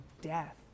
death